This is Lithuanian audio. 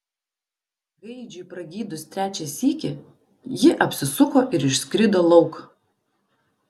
gaidžiui pragydus trečią sykį ji apsisuko ir išskrido lauk